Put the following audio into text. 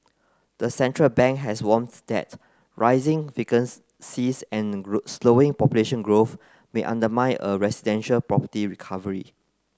the central bank has warns that rising and slowing population growth may undermine a residential property recovery